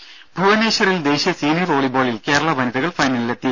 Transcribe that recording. ദര ഭുവനേശ്വറിൽ ദേശീയ സീനിയർ വോളിബോളിൽ കേരള വനിതകൾ ഫൈനലിലെത്തി